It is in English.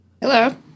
Hello